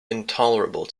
intolerable